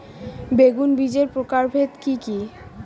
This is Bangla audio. বেগুন বীজের প্রকারভেদ কি কী?